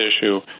issue